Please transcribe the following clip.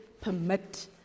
permit